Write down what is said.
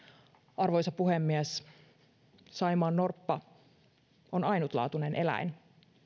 arvoisa puhemies saimaannorppa on ainutlaatuinen eläin